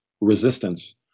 resistance